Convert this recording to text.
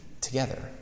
together